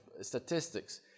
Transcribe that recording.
statistics